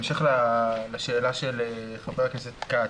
בהמשך לשאלה של חבר הכנסת כץ,